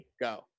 go